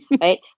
right